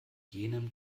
jenem